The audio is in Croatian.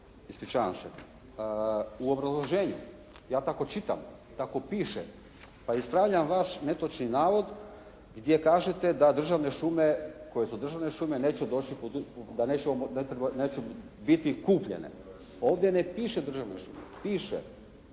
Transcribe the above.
razumijeti ali u obrazloženju ja tako čitam, tako piše pa ispravljam vaš netočni navod gdje kažete da državne šume koje su državne šume neće doći, da neće biti kupljene. Ovdje ne piše državne šume, piše,